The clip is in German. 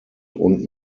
und